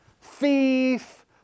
thief